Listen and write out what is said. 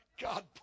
God